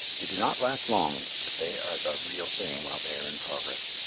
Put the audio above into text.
they do not last long, but they are the real thing while they are in progress.